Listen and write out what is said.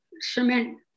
cement